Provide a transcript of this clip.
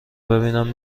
ببینم